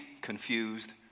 confused